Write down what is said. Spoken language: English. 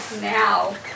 now